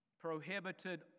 prohibited